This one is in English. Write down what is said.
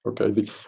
okay